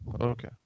Okay